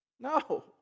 No